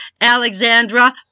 alexandra